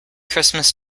christmas